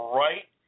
right